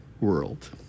world